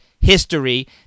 history